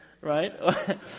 right